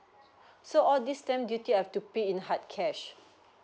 so all these stamp duty I have to pay in hard cash